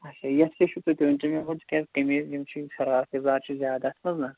اچھا یتھ کیٛاہ چھِو تُہۍ ہیٚوان تِکیٛازِ قمیٖض یِم چھِ فِراکھ یَزار چھِ زیادٕ اتھ منٛز نا